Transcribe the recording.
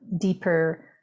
deeper